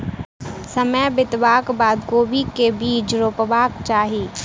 समय बितबाक बाद कोबी केँ के बीज रोपबाक चाहि?